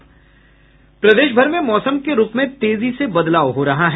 प्रदेश भर में मौसम के रूख में तेजी से बदलाव हो रहा है